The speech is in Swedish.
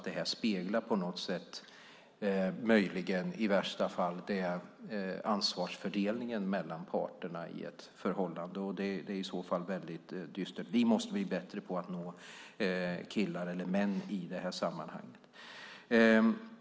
Det kan i värsta fall spegla ansvarsfördelningen mellan parterna i ett förhållande, vilket i så fall är dystert. Vi måste bli bättre på att nå killar eller män i det här sammanhanget.